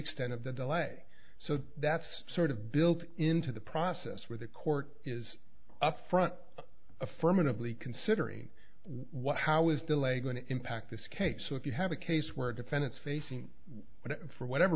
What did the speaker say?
extent of the delay so that's sort of built into the process where the court is upfront affirmatively considering what how is delay going to impact this case so if you have a case where a defendant facing what for whatever